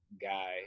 guy